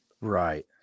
Right